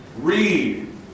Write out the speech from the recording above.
Read